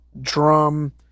drum